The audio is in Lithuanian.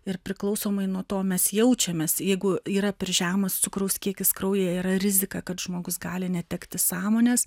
ir priklausomai nuo to mes jaučiamės jeigu yra per žemas cukraus kiekis kraujyje yra rizika kad žmogus gali netekti sąmonės